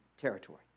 territory